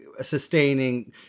sustaining